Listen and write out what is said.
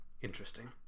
Interesting